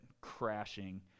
crashing